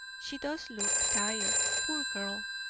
she does look tired, poor girl.